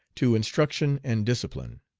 to instruction and discipline.